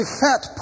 fat